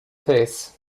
face